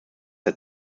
der